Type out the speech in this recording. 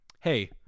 hey